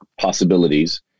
possibilities